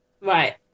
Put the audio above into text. right